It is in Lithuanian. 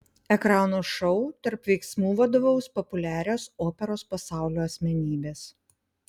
ekrano šou tarp veiksmų vadovaus populiarios operos pasaulio asmenybės